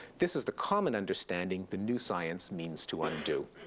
this is the common understanding the new science means to undo.